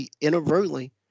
inadvertently